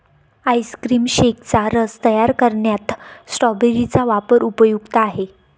ice cream शेकचा रस तयार करण्यात स्ट्रॉबेरी चा वापर उपयुक्त आहे